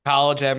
College